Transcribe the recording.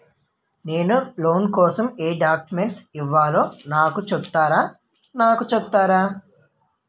నేను లోన్ కోసం ఎం డాక్యుమెంట్స్ ఇవ్వాలో నాకు చెపుతారా నాకు చెపుతారా?